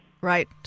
Right